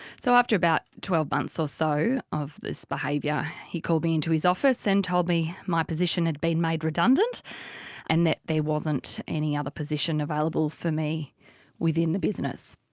so after about twelve months or so of this behaviour, he called me into his office and told me my position had been made redundant and that there wasn't any other position available for me within the business.